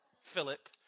Philip